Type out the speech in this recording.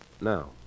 now